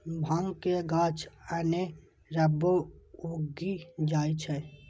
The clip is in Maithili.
भांग के गाछ अनेरबो उगि जाइ छै